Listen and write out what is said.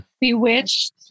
Bewitched